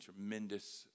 tremendous